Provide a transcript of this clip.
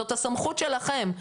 זאת הסמכות שלכם.